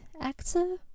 actor